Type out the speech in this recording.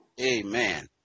Amen